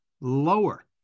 lower